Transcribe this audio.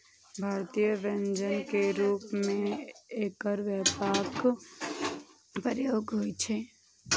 भारतीय व्यंजन के रूप मे एकर व्यापक प्रयोग होइ छै